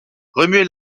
remuait